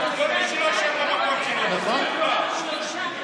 כל מי שלא יושב במקום שלו אסור לו להצביע.